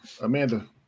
Amanda